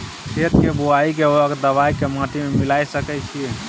खेत के बुआई के वक्त दबाय के माटी में मिलाय सके छिये?